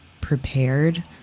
prepared